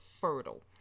fertile